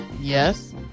Yes